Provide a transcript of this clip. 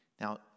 Now